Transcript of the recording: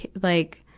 like,